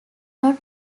not